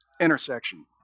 intersection